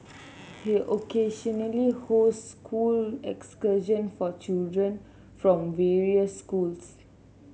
he occasionally hosts school excursion for children from various schools